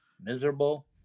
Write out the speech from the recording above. miserable